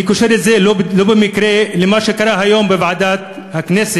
אני קושר את זה לא במקרה למה שקרה היום בוועדת הכנסת,